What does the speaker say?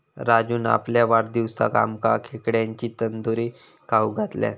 राजून आपल्या वाढदिवसाक आमका खेकड्यांची तंदूरी खाऊक घातल्यान